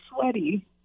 sweaty